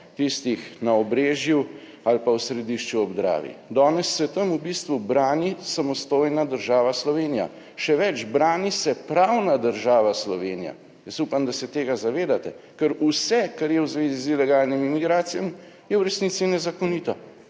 tistih na Obrežju ali pa v Središču ob Dravi. Danes se tam v bistvu brani samostojna država Slovenija, še več, brani se pravna država Slovenija . Jaz upam, da se tega zavedate, ker vse kar je v zvezi z ilegalnimi migracijami, je v resnici nezakonito.